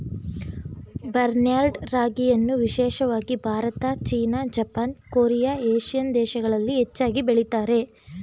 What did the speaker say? barnyard ರಾಗಿಯನ್ನು ವಿಶೇಷವಾಗಿ Bharat, China, Japan, Korea, Asian ದೇಶಗಳಲ್ಲಿ ಹೆಚ್ಚಾಗಿ ಬೆಳಿತಾರೆ